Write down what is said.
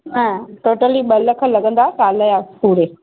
ऐं टोटली ॿ लख लॻंदा साल जा पूरे